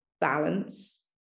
balance